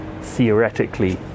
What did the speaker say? theoretically